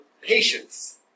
patience